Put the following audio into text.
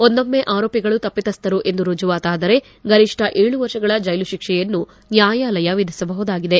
ಒಂದೊಮ್ನೆ ಆರೋಪಿಗಳು ತಪ್ಪಿತಸ್ವರು ಎಂದು ರುಜುವಾತಾದರೆ ಗರಿಷ್ಠ ಏಳು ವರ್ಷಗಳ ಜೈಲು ಶಿಕ್ಷೆಯನ್ನು ನ್ಲಾಯಾಲಯ ವಿಧಿಸಬಹುದಾಗಿದೆ